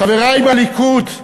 חברי בליכוד,